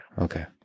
Okay